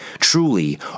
Truly